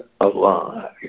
alive